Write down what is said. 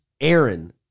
Aaron